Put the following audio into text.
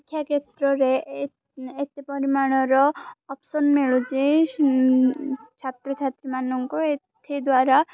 ଶିକ୍ଷା କ୍ଷେତ୍ରରେ ଏ ଏତେ ପରିମାଣର ଅପସନ୍ ମିଳୁଛି ଛାତ୍ରଛାତ୍ରୀମାନଙ୍କୁ ଏଥିଦ୍ୱାରା